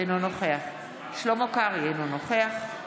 אינו נוכח שלמה קרעי, אינו נוכח מירי